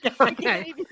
Okay